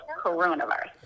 coronavirus